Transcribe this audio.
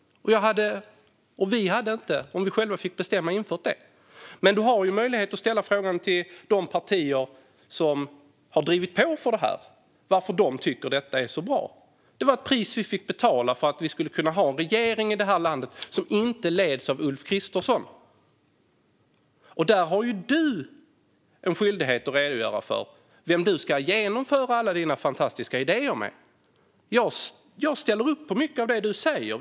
Om vi fått bestämma själva hade vi inte infört det. Men du har möjlighet att ställa frågan till de partier som har drivit på för detta varför de tycker att det är så bra. Det var ett pris vi fick betala för att vi skulle kunna ha en regering i det här landet som inte leds av Ulf Kristersson. Här har du en skyldighet att redogöra för vem du ska genomföra alla dina fantastiska idéer med. Jag ställer upp på mycket av det du säger.